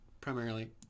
primarily